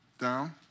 down